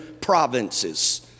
provinces